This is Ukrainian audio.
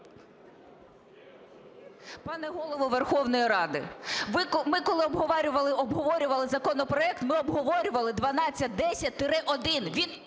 Пане Голово Верховної Ради, ми, коли обговорювали законопроект, ми обговорювали 1210-1,